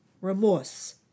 remorse